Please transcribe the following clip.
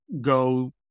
go